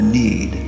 need